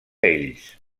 ells